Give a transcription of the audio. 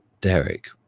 Derek